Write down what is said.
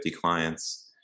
clients